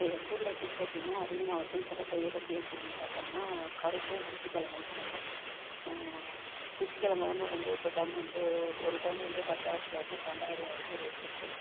இப்போ எங்கூரில் எடுத்துக்கிட்டோம் அப்படின்னா அதிகமாக மகசூல் தர்ற பயிர் அப்படி அப்படின்னு பார்த்தோம்னா கரும்பும் குச்சிக்கிழங்கும் சொல்லலாம் குச்சிக்கிழங்கு எல்லாமே வந்து இப்போ டன் வந்து ஒரு டன் வந்து பத்தாயிரத்திலேருந்து பன்னெண்டாயிருபா வரைக்கும் ரேட் இருக்குது